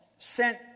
sent